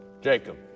Jacob